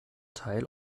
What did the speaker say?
teil